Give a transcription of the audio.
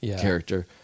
character